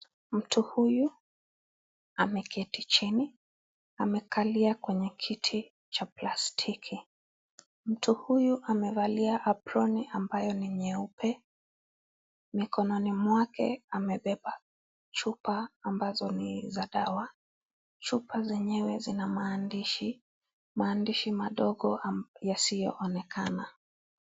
Mtu huyu, ameketi chini. Amekalia kwenye kiti cha plastiki. Mtu huyu amevalia apron ambayo ni nyeupe. Mikononi mwake amebeba chupa ambazo ni za dawa. Chupa zenyewe zina maandishi, maandishi madogo yasiyoonekana.